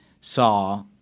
saw